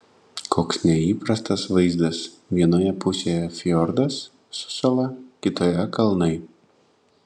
koks neįprastas vaizdas vienoje pusėje fjordas su sala kitoje kalnai